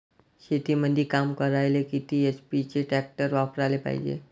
शेतीमंदी काम करायले किती एच.पी चे ट्रॅक्टर वापरायले पायजे?